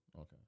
Okay